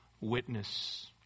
witness